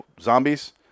zombies